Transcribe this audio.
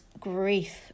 grief